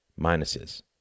Minuses